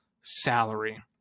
salary